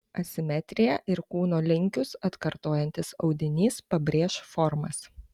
asimetrija ir kūno linkius atkartojantis audinys pabrėš formas